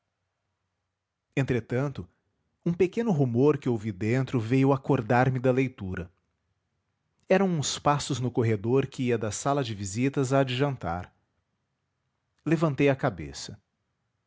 entretanto um pequeno rumor que ouvi dentro veio acordar-me da leitura eram uns passos no corredor que ia da sala de visitas à de jantar levantei a cabeça